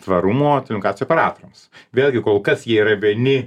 tvarumo ten operatoriams vėlgi kol kas jie yra vieni